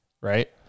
right